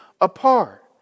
apart